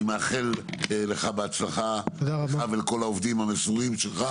אני מאחל בהצלחה לך ולכל העובדים המסורים שלך